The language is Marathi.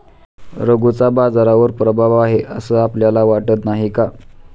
रघूचा बाजारावर प्रभाव आहे असं आपल्याला वाटत नाही का?